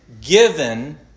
given